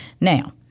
Now